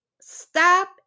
Stop